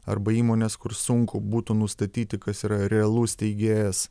arba įmonės kur sunku būtų nustatyti kas yra realus steigėjas